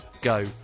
go